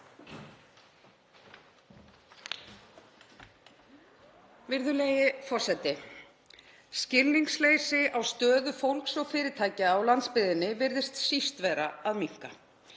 Virðulegi forseti. Skilningsleysi á stöðu fólks og fyrirtækja á landsbyggðinni virðist síst vera að minnka.